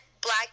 black